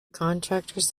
contractors